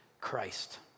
Christ